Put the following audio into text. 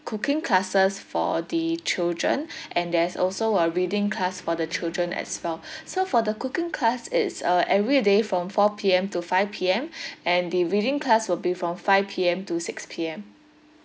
cooking classes for the children and there's also a reading class for the children as well so for the cooking class it's uh everyday from four P_M to five P_M and the reading class will be from five P_M to six P_M